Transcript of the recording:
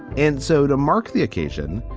and so to mark the occasion,